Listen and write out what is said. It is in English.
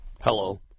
hello